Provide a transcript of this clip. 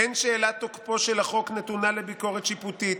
אין שאלת תוקפו של החוק נתונה לביקורת שיפוטית.